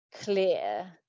clear